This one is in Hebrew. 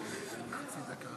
אני לא רואה אותו, אני שומע אותו.